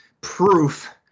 proof